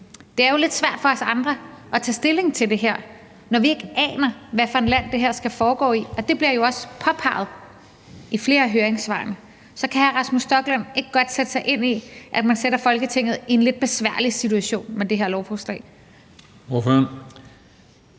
Det er jo lidt svært for os andre at tage stilling til det her, når vi ikke aner, hvilket land det her skal foregå i, og det bliver også påpeget i flere af høringssvarene. Så kan hr. Rasmus Stoklund ikke godt sætte sig ind i, at man sætter Folketinget i en lidt besværlig situation med det her lovforslag?